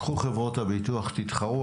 קחו חברות הביטוח תתחרו,